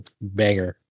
banger